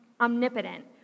omnipotent